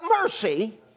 mercy